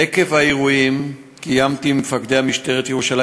עקב האירועים קיימתי עם מפקדי משטרת ירושלים